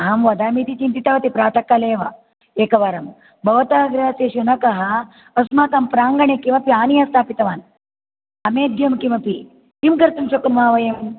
अहं वदामि इति चिन्तितवती प्रातःकाले एव एकवारम् भवतः गृहस्य शुनकः अस्माकं प्राङ्गणे किमपि आनीय स्थापतवान् अमेध्यं किमपि किं कर्तुं शक्नुमः वयम्